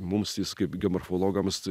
mums jis kaip geomorfologams